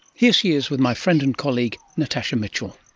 here she is with my friend and colleague natasha mitchell.